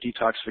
detoxification